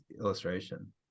illustration